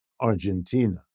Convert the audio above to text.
Argentina